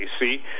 see